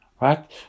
right